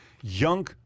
young